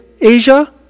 Asia